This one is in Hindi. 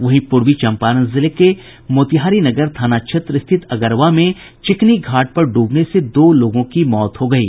वहीं पूर्वी चम्पारण जिले के मोतिहारी नगर थाना क्षेत्र स्थित अगरवा में चिकनी घाट पर डूबने से दो लोगों की मौत हो गयी